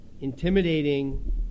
intimidating